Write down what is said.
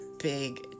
big